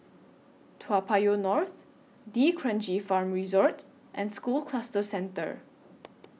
Toa Payoh North D'Kranji Farm Resort and School Cluster Centre